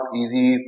easy